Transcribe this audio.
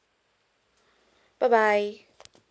bye bye